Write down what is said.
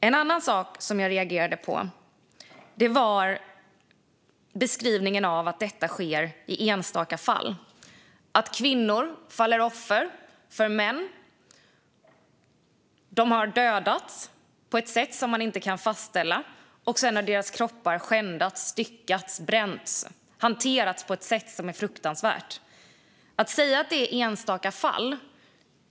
En annan sak som jag reagerade på var beskrivningen att detta sker i enstaka fall. Det handlar om att kvinnor faller offer för män som dödar dem på ett sätt som man inte kan fastställa. Sedan har deras kroppar skändats, styckats, bränts och hanterats på ett sätt som är fruktansvärt. Det är tyvärr inte enstaka fall.